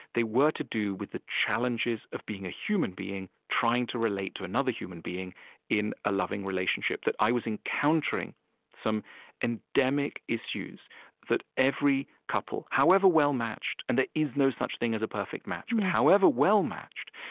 they were to do with the challenges of being a human being trying to relate to another human being in a loving relationship, that i was encountering some endemic issues that every couple, however well-matched and there is no such thing as a perfect match but however well-matched,